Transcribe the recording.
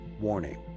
Warning